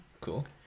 Cool